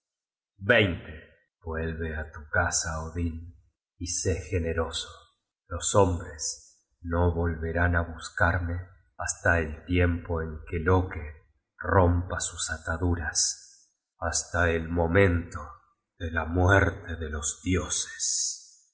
thursars vuelve á tu casa odin y sé generoso los hombres no volverán á buscarme hasta el tiempo en que loke rompa sus ataduras hasta el momento de la muerte de los dioses